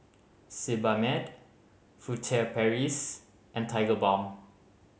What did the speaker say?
Sebamed Furtere Paris and Tigerbalm